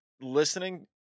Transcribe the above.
listening